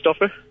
offer